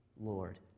Lord